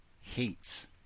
Hates